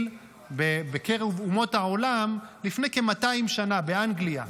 בקרב אומות העולם לפני כ-200 שנה באנגליה,